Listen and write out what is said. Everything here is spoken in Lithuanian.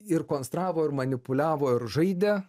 ir konstravo ir manipuliavo ir žaidė